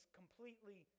completely